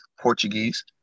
Portuguese